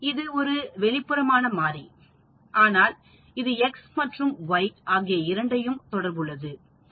இது ஒரு வெளிப்புறமான மாரி ஆனால் இது X மற்றும் Y ஆகிய இரண்டையும் தொடர்புபடுத்துகிறது